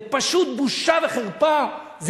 זה פשוט בושה וחרפה,